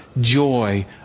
joy